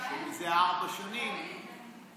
שזה ארבע שנים ועדת